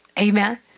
Amen